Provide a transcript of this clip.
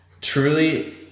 Truly